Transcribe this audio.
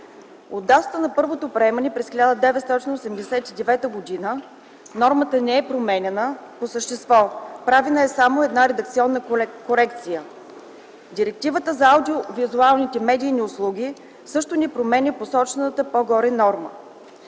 От датата на първото приемане през 1989 г. нормата не е променяна по същество. Правена е само една редакционна корекция. Директивата за аудио-визуални медийни услуги също не променя посочената по-горе норма.